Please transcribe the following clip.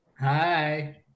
Hi